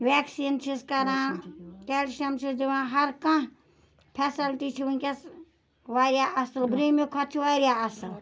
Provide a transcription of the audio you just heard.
vaccine چھِس کَران calcium چھِس دِوان ہر کانٛہہ پھیسَلٹی چھِ وٕنکٮ۪س واریاہ اصل بروہمہِ کھۄتہٕ چھِ واریاہ اصل